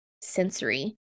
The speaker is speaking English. sensory